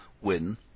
win